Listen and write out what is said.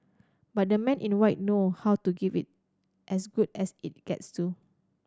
but the Men in White know how to give it as good as it gets too